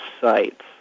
sites